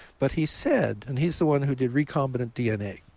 but he said and he's the one who did recombinant dna